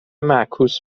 معکوس